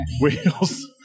wheels